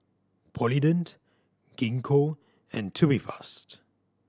Polident Gingko and Tubifast